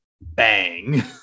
bang